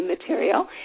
material